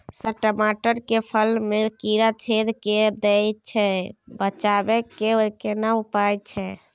Sir टमाटर के फल में कीरा छेद के दैय छैय बचाबै के केना उपाय छैय?